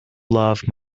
love